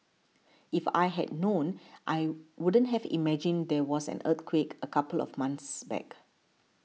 if I hadn't known I wouldn't have imagined there was an earthquake a couple of months back